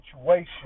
situation